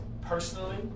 personally